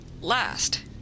Last